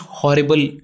horrible